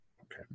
Okay